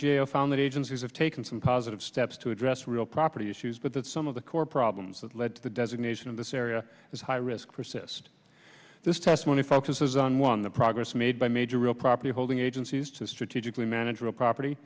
jael found that agencies have taken some positive steps to address real property issues but that some of the core problems that led to the designation of this area as high risk persist this testimony focuses on one the progress made by major real property holding agencies to strategically manageable property